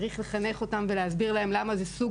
צריך לחנך אותם ולהסביר אותם למה זה סוג